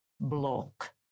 block